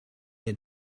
had